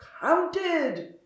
counted